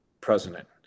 president